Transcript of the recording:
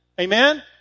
Amen